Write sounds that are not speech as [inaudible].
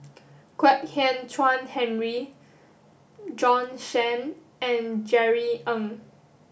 Kwek Hian Chuan Henry [unintelligible] Shen and Jerry Ng